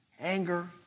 anger